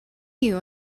you